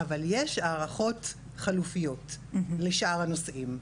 אבל יש הערכות חלופיות לשאר הנושאים.